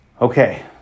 Okay